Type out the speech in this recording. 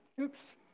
Oops